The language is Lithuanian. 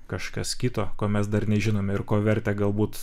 kažkas kito ko mes dar nežinome ir ko vertę galbūt